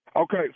Okay